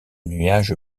nuage